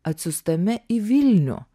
atsiųstame į vilnių